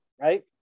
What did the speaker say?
right